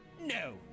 No